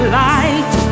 light